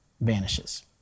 vanishes